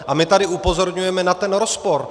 A my tady upozorňujeme na ten rozpor.